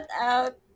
out